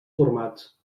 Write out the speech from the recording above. formats